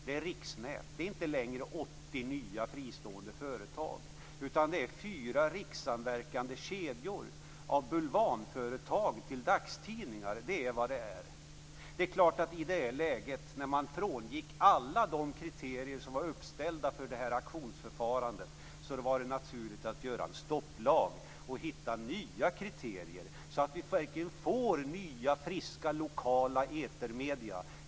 Det är riksnät, det är inte längre 80 nya fristående företag, utan det är fyra rikssamverkande kedjor av bulvanföretag till dagstidningar. Det är vad de är. I det läge där man frångick alla de kriterier som var uppställda för det här auktionsförfarandet var det naturligt att införa en stopplag och hitta nya kriterier så att vi verkligen får nya friska lokala etermedier.